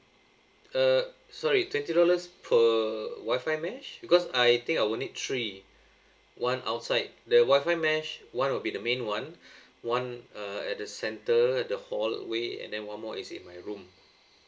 err sorry twenty dollars per wifi mesh because I think I will need three one outside the wifi mesh [one] will be the main [one] one uh at the centre the hallway and then one more is in my room